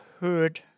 heard